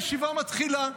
הישיבה מתחילה.